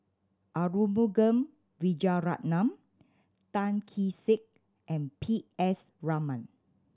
Arumugam Vijiaratnam Tan Kee Sek and P S Raman